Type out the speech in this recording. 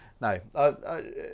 No